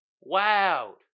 Wow